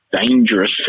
dangerous